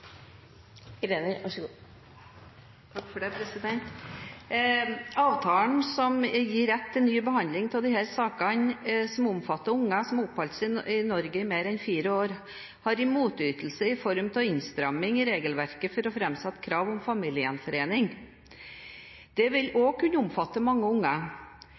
Avtalen som gir rett til ny behandling av disse sakene som omfatter unger som har oppholdt seg i Norge i mer enn fire år, har en motytelse i form av innstramning i regelverket for å framsette krav om familiegjenforening. Det vil òg kunne omfatte mange unger,